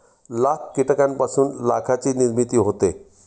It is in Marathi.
लाख कीटकांपासून लाखाची निर्मिती होते